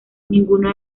ninguno